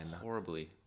horribly